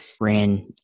ran